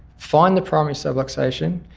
find the primary subluxation,